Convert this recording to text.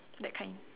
that kind